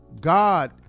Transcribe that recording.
God